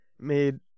made